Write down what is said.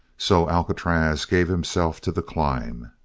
so alcatraz gave himself to the climb.